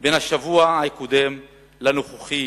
בין השבוע הקודם לנוכחי